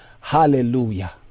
Hallelujah